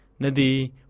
nadi